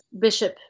Bishop